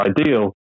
ideal